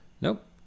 Nope